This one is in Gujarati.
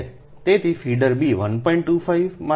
તેથી ફીડર B 1